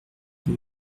ils